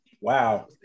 Wow